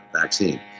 vaccine